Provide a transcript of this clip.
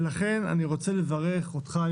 אני רוצה לברך אותך,